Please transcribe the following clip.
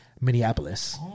Minneapolis